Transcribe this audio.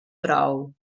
prou